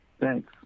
Thanks